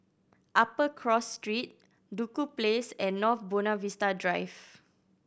Upper Cross Street Duku Place and North Buona Vista Drive